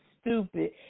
stupid